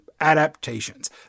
adaptations